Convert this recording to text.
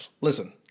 Listen